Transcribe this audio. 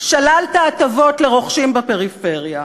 שללת הטבות לרוכשים בפריפריה,